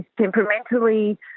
temperamentally